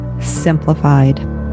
Simplified